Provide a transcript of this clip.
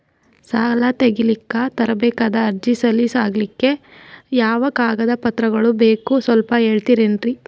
ಸಾಲ ತೆಗಿಲಿಕ್ಕ ತರಬೇಕಾದ ಅರ್ಜಿ ಸಲೀಸ್ ಆಗ್ಲಿಕ್ಕಿ ಯಾವ ಕಾಗದ ಪತ್ರಗಳು ಬೇಕು ಸ್ವಲ್ಪ ತಿಳಿಸತಿರೆನ್ರಿ?